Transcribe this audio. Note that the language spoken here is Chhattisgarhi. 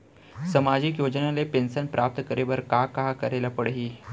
सामाजिक योजना ले पेंशन प्राप्त करे बर का का करे ल पड़ही?